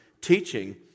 teaching